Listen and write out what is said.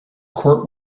court